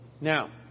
Now